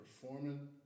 performing